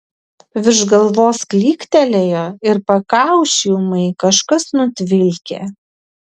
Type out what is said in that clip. virš galvos klyktelėjo ir pakaušį ūmai kažkas nutvilkė